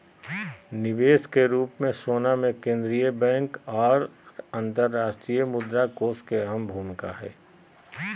निवेश के रूप मे सोना मे केंद्रीय बैंक आर अंतर्राष्ट्रीय मुद्रा कोष के अहम भूमिका हय